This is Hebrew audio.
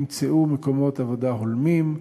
ימצאו מקומות עבודה הולמים,